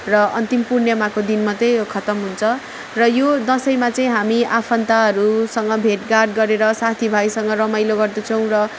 र अन्तिम पूर्णिमाको दिनमा चाहिँ यो खतम हुन्छ र यो दसैँमा चाहिँ हामी आफन्तहरूसँग भेटघाट गरेर साथी भाइसँग रमाइलो गर्दछौँ र